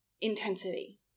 intensity